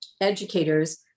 educators